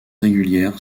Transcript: régulière